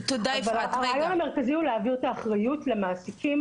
הרעיון המרכזי הוא להעביר את האחריות למעסיקים